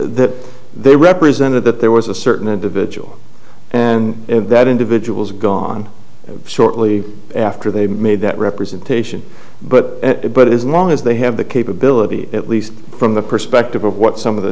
the they represented that there was a certain individual and that individual's gone shortly after they made that representation but it is long as they have the capability at least from the perspective of what some of the